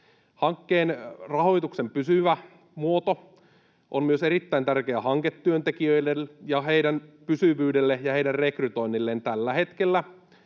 Hankkeen rahoituksen pysyvä muoto on erittäin tärkeä myös hanketyöntekijöille, heidän pysyvyydelleen ja heidän rekrytoinnilleen. Tällä hetkellä